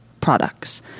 products